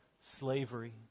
slavery